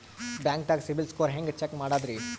ಬ್ಯಾಂಕ್ದಾಗ CIBIL score ಹೆಂಗ್ check ಮಾಡದ್ರಿ?